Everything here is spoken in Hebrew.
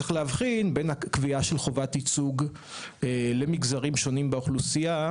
צריך להבחין ביון הקביעה של חובת ייצוג למגזרים שונים באוכלוסייה,